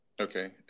Okay